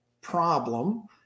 problem